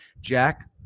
Jack